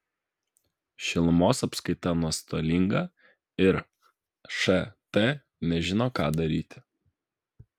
šilumos apskaita nuostolinga ir št nežino ką daryti